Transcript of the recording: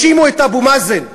האשימו את אבו מאזן,